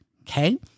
Okay